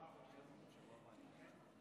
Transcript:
רבותיי, להלן תוצאות ההצבעה: בעד,